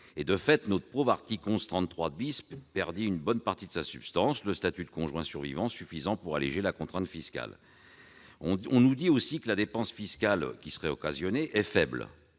De fait, notre pauvre article 1133 perdit une bonne partie de sa substance, le statut de conjoint survivant suffisant pour alléger la contrainte fiscale. On nous dit aussi que la contrainte fiscale qui serait occasionnée est faible,